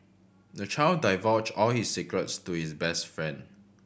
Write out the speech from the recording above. the child divulged all his secrets to his best friend